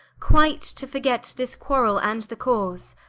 quite to forget this quarrell, and the cause.